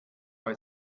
bei